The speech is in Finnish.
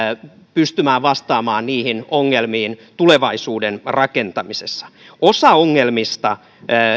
pystymään vastaamaan niihin ongelmiin tulevaisuuden rakentamisessa osa ongelmista